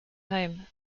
home